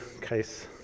case